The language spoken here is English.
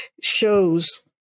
shows